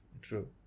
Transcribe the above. true